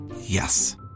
Yes